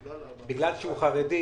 בגלל שהוא חרדי,